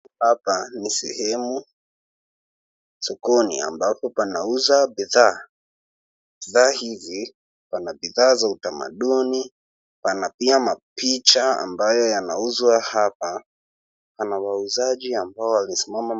Hapa ni sehemu sokoni, ambapo panauza bidhaa. Bidhaa hizi pana bidhaa za utamaduni ,pana pia mapicha ambayo yanauzwa hapa. Pana wauzaji ambao wamesimama.